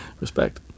Respect